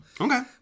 okay